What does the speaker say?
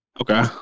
Okay